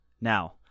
Now